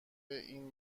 این